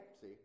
see